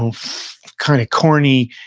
um kind of corny,